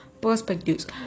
perspectives